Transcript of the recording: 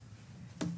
כל מה